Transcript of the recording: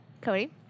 Cody